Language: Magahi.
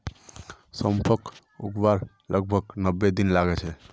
सौंफक उगवात लगभग नब्बे दिन लगे जाच्छे